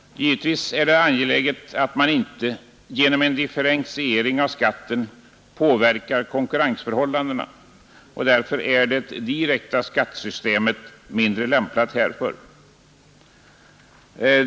Givetvis är det angeläget att man icke genom en differentiering av skatten påverkar konkurrensförhållandena, och därför är det direkta skattesystemet mindre lämpat härför.